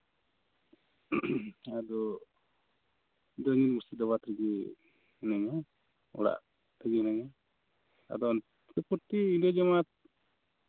ᱟᱫᱚ ᱢᱩᱨᱥᱤᱫᱟᱵᱟᱫ ᱨᱮᱜᱮ ᱢᱤᱱᱟᱹᱧᱟ ᱚᱲᱟᱜ ᱨᱮᱜᱮ ᱢᱤᱱᱟᱹᱧᱟ ᱟᱫᱚ ᱤᱱᱟᱹᱠᱚᱜᱮ